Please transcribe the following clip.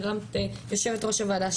יושבת ראש הוועדה,